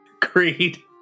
Creed